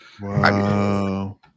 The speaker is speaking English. Wow